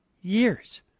years